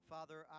Father